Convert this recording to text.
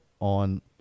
on